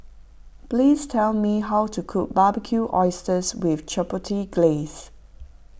please tell me how to cook Barbecued Oysters with Chipotle Glaze